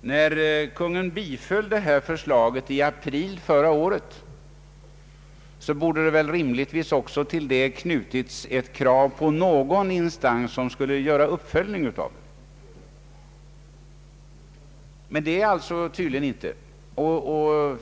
När Kungl. Maj:t biföll detta förslag i april förra året borde rimligtvis till beslutet ha knutits ett krav på att någon instans skulle göra en uppföljning av resultatet. Så är det tydligen inte.